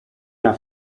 era